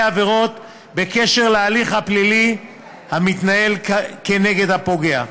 עבירות בקשר להליך הפלילי המתנהל כנגד הפוגע,